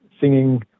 singing